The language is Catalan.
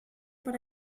per